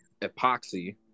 epoxy